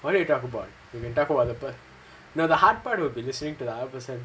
what you talk about we can talk about women no the hard part would be listening to the other person